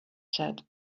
said